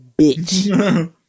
bitch